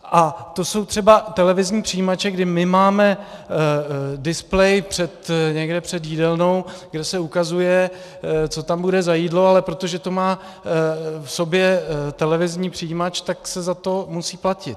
A to jsou třeba televizní přijímače, kdy máme displej někde před jídelnou, kde se ukazuje, co bude za jídlo, ale protože to má v sobě televizní přijímač, tak se za to musí platit.